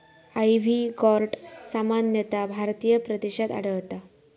ivy gourd सामान्यतः भारतीय प्रदेशात आढळता